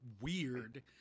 weird